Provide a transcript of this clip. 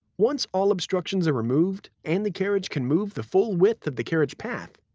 once all obstructions are removed and the carriage can move the full width of the carriage path,